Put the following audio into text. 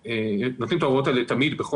תמיד נותנים את ההוראות האלה בחומר